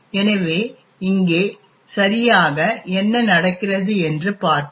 எனவே இங்கே சரியாக என்ன நடக்கிறது என்று பார்ப்போம்